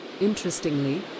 Interestingly